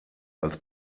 als